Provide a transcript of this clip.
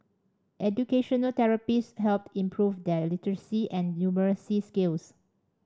educational therapists helped improve their literacy and numeracy skills